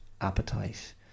appetite